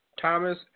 Thomas